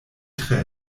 tre